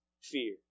fear